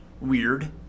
weird